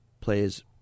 plays